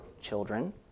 children